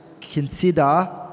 consider